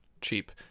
cheap